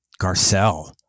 garcelle